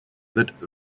that